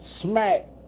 Smack